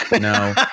no